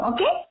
Okay